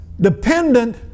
dependent